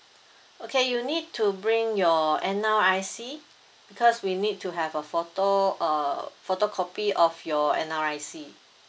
okay you need to bring your N_R_I_C because we need to have a photo~ uh photocopy of your N_R_I_C